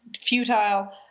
futile